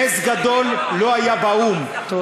נס גדול לא היה באו"ם, תודה.